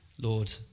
Lord